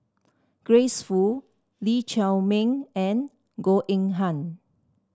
Grace Fu Lee Chiaw Meng and Goh Eng Han